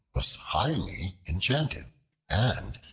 was highly enchanted and,